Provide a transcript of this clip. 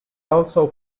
also